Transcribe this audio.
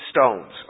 stones